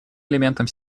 элементом